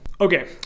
Okay